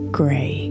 gray